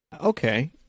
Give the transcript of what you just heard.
Okay